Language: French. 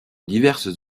diverses